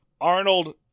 Arnold